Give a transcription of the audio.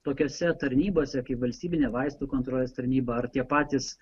tokiose tarnybose kaip valstybinė vaistų kontrolės tarnyba ar tie patys